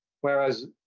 whereas